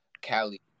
Cali